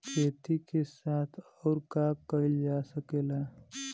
खेती के साथ अउर का कइल जा सकेला?